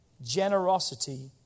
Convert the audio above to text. Generosity